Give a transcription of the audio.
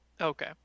Okay